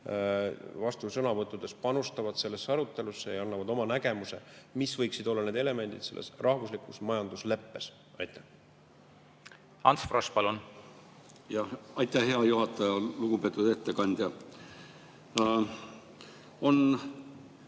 vastusõnavõttudes panustavad sellesse arutelusse ja annavad oma nägemuse, mis võiksid olla need elemendid selles rahvuslikus majandusleppes. Ants Frosch, palun! Aitäh, hea juhataja! Lugupeetud ettekandja! On